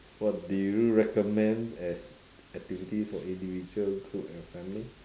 what do you recommend as activities for individual group and family